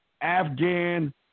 Afghan